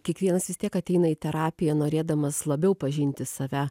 kiekvienas vis tiek ateina į terapiją norėdamas labiau pažinti save